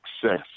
success